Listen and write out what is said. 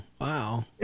wow